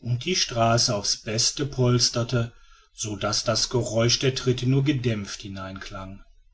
und die straße auf's beste polsterte so daß das geräusch der tritte nur gedämpft